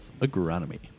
Agronomy